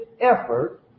effort